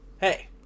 hey